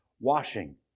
washing